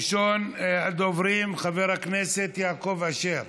ראשון הדוברים, חבר הכנסת יעקב אשר,